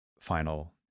final